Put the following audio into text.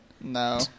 No